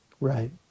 Right